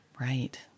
Right